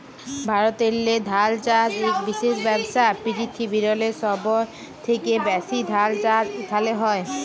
ভারতেল্লে ধাল চাষ ইক বিশেষ ব্যবসা, পিরথিবিরলে সহব থ্যাকে ব্যাশি ধাল চাষ ইখালে হয়